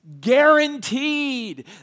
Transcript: guaranteed